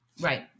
Right